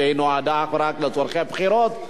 שנועדה אך ורק לצורכי הבחירות.